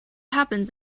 happens